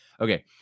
Okay